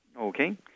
Okay